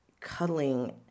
cuddling